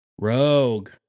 Rogue